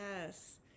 yes